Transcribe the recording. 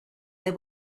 they